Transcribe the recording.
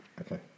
Okay